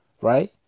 Right